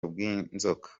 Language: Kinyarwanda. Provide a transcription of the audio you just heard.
bw’inzoka